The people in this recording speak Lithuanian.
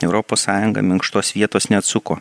europos sąjunga minkštos vietos neatsuko